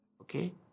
Okay